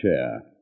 chair